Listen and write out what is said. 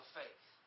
faith